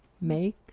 make